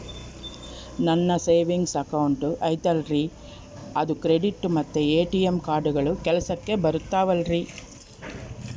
ನನ್ನ savings account ಐತಲ್ರೇ ಅದು ಕ್ರೆಡಿಟ್ ಮತ್ತ ಎ.ಟಿ.ಎಂ ಕಾರ್ಡುಗಳು ಕೆಲಸಕ್ಕೆ ಬರುತ್ತಾವಲ್ರಿ?